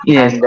Yes